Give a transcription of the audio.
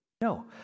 No